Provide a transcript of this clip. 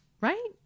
Right